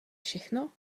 všechno